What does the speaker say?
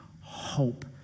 hope